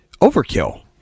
overkill